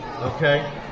okay